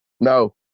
No